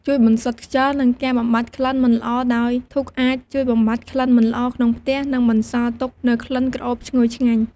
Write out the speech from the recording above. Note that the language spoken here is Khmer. ជួយបន្សុទ្ធខ្យល់ និងការបំបាត់ក្លិនមិនល្អដោយ ធូបអាចជួយបំបាត់ក្លិនមិនល្អក្នុងផ្ទះ និងបន្សល់ទុកនូវក្លិនក្រអូបឈ្ងុយឆ្ងាញ់។